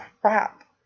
crap